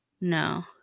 No